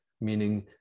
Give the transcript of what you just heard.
meaning